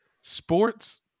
sports